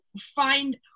find